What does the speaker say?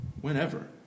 whenever